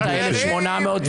אתה בישיבה הקודמת אמרת 1,800,